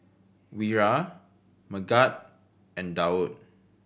Wira Megat and Daud